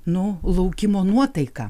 nu laukimo nuotaiką